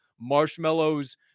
Marshmallows